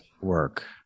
work